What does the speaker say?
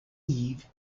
eve